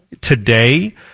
today